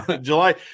july